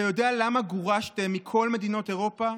אתה יודע למה גורשתם מכל מדינות אירופה?